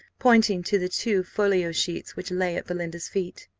pointing to the two folio sheets which lay at belinda's feet.